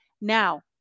Now